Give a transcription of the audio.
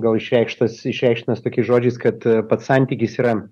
gal išreikštas išreikštinas tokiais žodžiais kad pats santykis yra